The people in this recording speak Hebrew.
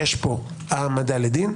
יש פה העמדה לדין.